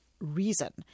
reason